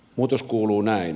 muutos kuuluu näin